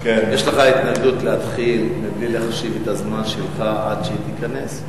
יש לך התנגדות להתחיל מבלי שנחשיב את הזמן שלך עד שהיא תיכנס?